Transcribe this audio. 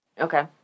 Okay